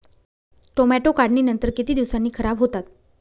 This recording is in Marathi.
टोमॅटो काढणीनंतर किती दिवसांनी खराब होतात?